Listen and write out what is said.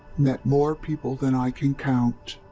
met more people than i can count.